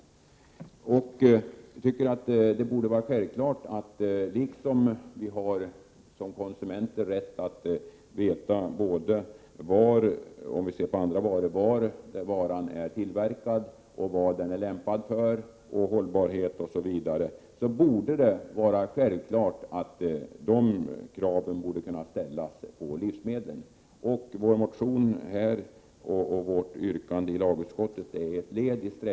Som konsumenter har vi rätt att veta var en vara är tillverkad, vad den är lämpad för, vilken hållbarhet den har, osv. De kraven borde självfallet ställas också när det gäller livsmedel. Vår motion och vårt yrkande i lagutskottet är ett led i strävandena att Prot.